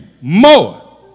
more